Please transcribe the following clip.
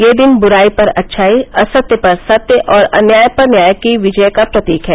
यह दिन बुराई पर अच्छाई असत्य पर सत्य और अन्याय पर न्याय की विजय का प्रतीक है